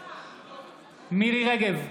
בעד מירי מרים רגב,